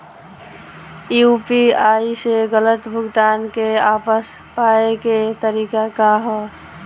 UPI से गलत भुगतान के वापस पाये के तरीका का ह?